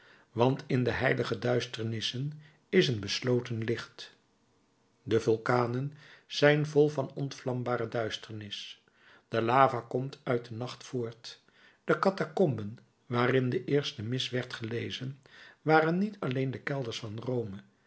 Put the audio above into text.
want in de heilige duisternissen is een besloten licht de vulkanen zijn vol van ontvlambare duisternis de lava komt uit den nacht voort de catacomben waarin de eerste mis werd gelezen waren niet alleen de kelders van rome